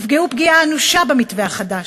נפגעו פגיעה אנושה במתווה החדש,